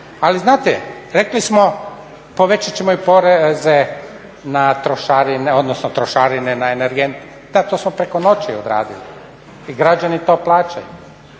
ali znate rekli smo povećat ćemo i poreze na trošarine, odnosno trošarine na energente, da to smo preko noći odradili i građani to plaćaju.